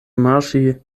marŝi